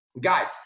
Guys